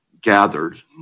gathered